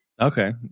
Okay